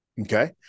Okay